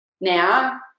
now